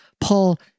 Paul